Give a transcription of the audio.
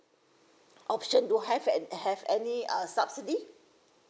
option do I have and have any uh subsidy